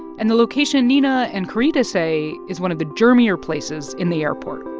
and the location niina and carita say is one of the germier places in the airport